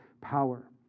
power